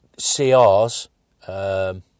CRs